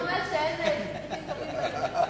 אדוני רומז שאין סרטים טובים בימין?